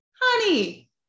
honey